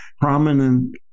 prominent